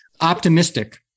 optimistic